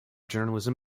journalism